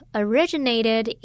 originated